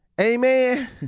Amen